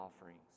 offerings